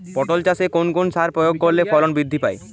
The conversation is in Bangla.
পটল চাষে কোন কোন সার প্রয়োগ করলে ফলন বৃদ্ধি পায়?